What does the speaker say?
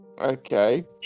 Okay